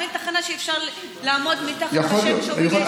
אין תחנה שאפשר לעמוד מתחת כשיורד גשם.